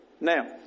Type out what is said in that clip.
Now